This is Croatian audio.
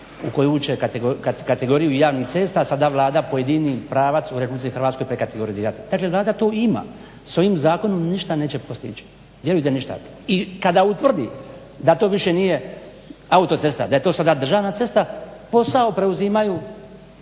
u koju će kategoriju javnih cesta sada Vlada pojedini pravac u RH prekategorizirat. Dakle, Vlada to ima, s ovim zakonom ništa neće postići, vjerujte ništa. I kada utvrdi da to više nije autocesta, da je to sada državna autocesta, posao preuzimaju